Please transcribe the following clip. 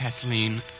Kathleen